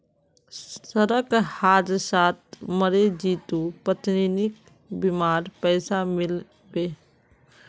सड़क हादसात मरे जितुर पत्नीक बीमार पैसा मिल बे